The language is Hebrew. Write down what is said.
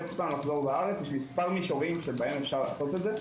יש כמה מישורים שאפשר לעשות את זה,